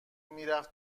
میرفت